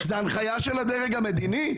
זו הנחיה של הדרג המדיני?